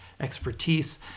expertise